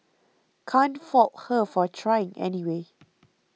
can't fault her for trying anyway